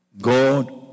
God